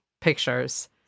pictures